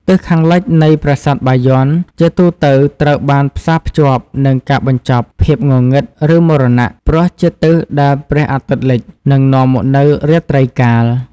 ទិសខាងលិចនៃប្រាសាទបាយ័ន ជាទូទៅត្រូវបានផ្សារភ្ជាប់នឹង ការបញ្ចប់ ភាពងងឹត ឬមរណៈ ព្រោះជាទិសដែលព្រះអាទិត្យលិច និងនាំមកនូវរាត្រីកាល។